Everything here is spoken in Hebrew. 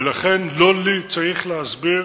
ולכן, לא לי צריך להסביר